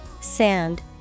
sand